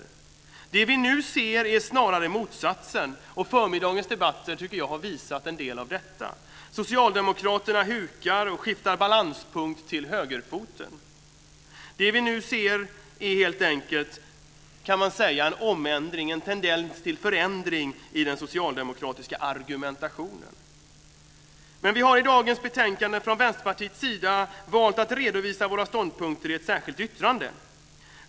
Det som vi nu ser är snarare motsatsen - jag tycker att förmiddagens debatter har visat en del av detta. Socialdemokraterna hukar och skiftar balanspunkt till högerfoten. Det som vi nu ser är helt enkelt en omändring och en tendens till förändring i den socialdemokratiska argumentationen. I dagens betänkande har vi från Vänsterpartiets sida valt att redovisa våra ståndpunkter i ett särskilt yttrande.